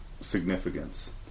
significance